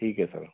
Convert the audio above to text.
ठीक है सर